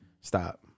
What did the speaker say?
Stop